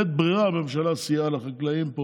ופה, בלית ברירה הממשלה סייעה לחקלאים,